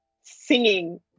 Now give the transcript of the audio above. singing